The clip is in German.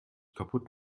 kaputt